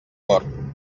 cor